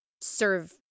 serve